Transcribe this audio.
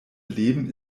leben